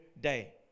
Day